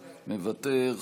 מוותר,